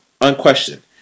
unquestioned